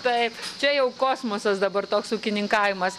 taip čia jau kosmosas dabar toks ūkininkavimas